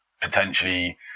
potentially